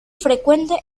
frecuente